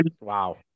Wow